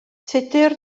tudur